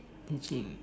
teaching